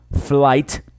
flight